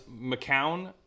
McCown